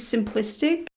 Simplistic